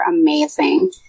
amazing